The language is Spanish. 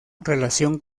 relación